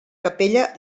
capella